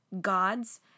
God's